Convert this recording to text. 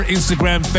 Instagram